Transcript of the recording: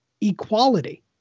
equality